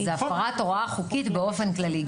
זה הפרת הוראה חוקית באופן כללי.